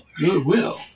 Goodwill